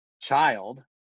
child